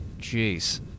Jeez